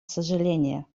сожаления